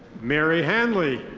marie hanley.